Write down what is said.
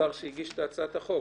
השר, השרה שהגיש את הצעת החוק,